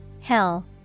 Hell